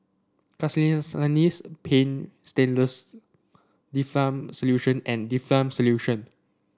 Castellani's Paint Stainless Difflam Solution and Difflam Solution